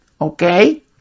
okay